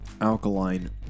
alkaline